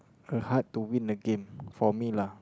a heart to win the game for me lah